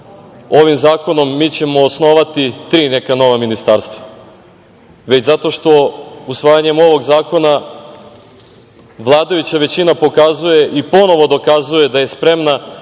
ovim zakonom osnovati neka tri nova ministarstva, već zato što usvajanjem ovog zakona vladajuća većina pokazuje i ponovo dokazuje da je spremna